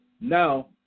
now